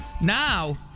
Now